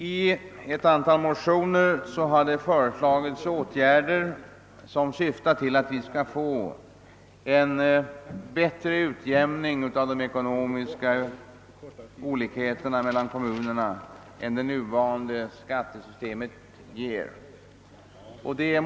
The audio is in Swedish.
I ett antal motioner har det föreslagits åtgärder som syftar till en bättre utjämning av de ekonomiska olikheterna mellan kommunerna än det nuvarande skattesystemet ger.